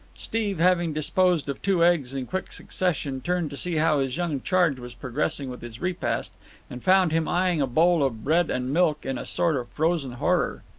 steve, having disposed of two eggs in quick succession, turned to see how his young charge was progressing with his repast, and found him eyeing a bowl of bread-and-milk in a sort of frozen horror.